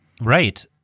Right